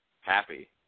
happy